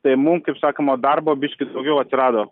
tai mum kaip sakoma darbo biškis daugiau atsirado